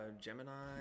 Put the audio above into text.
Gemini